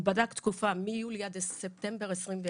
הוא בדק תקופה מיולי עד ספטמבר 21'